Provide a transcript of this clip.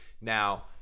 Now